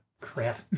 crap